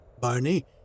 Barney